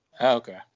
Okay